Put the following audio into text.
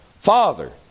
Father